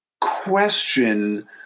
question